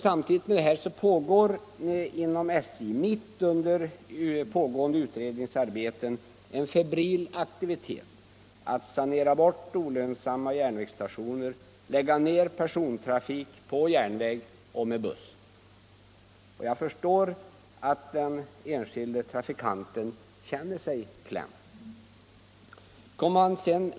Samtidigt utvecklas inom SJ, mitt under pågående utredningsarbeten, en febril aktivitet att sanera bort olönsamma järnvägsstationer, lägga ner persontrafik på järnväg och med buss. Jag förstår att den enskilde trafikanten känner sig klämd.